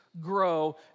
grow